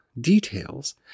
details